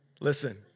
Listen